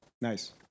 Nice